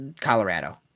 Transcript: colorado